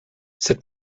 cette